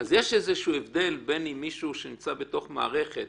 יש הבדל כשמישהו שנמצא במערכת,